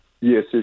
yes